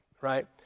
right